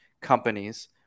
companies